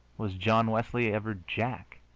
was john wesley ever jack?